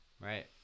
Right